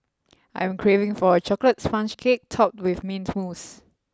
I am craving for a chocolate sponge cake topped with mint mousse